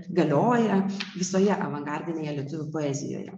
galioja visoje avangardinėje lietuvių poezijoje